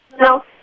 No